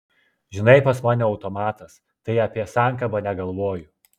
žinai pas mane automatas tai apie sankabą negalvoju